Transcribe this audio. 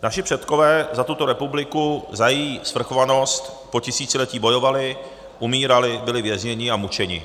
Naši předkové za tuto republiku, za její svrchovanost po tisíciletí bojovali, umírali, byli vězněni a mučeni.